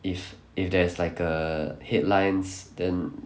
if if there's like a headlines then